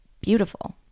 beautiful